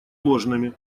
ложными